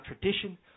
tradition